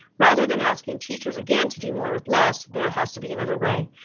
rather than asking teachers again to do more with less, there has to be another way.